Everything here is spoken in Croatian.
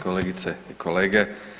Kolegice i kolege.